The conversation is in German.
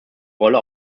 rolle